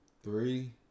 three